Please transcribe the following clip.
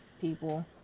People